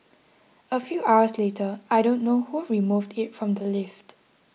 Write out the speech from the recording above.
a few hours later I don't know who removed it from the lift